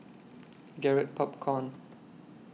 Garrett Popcorn